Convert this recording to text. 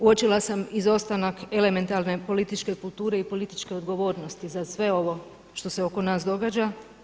Uočila sam izostanak elementarne političke kulture i političke odgovornosti za sve ovo što se oko nas događa.